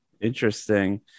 interesting